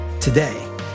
today